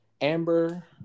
Amber